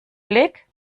blick